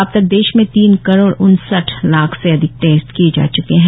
अब तक देश में तीन करोड उनसठ लाख से अधिक टेस्ट किए जा च्के हैं